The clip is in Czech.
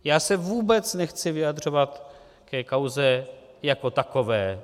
Já se vůbec nechci vyjadřovat ke kauze jako takové.